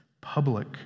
public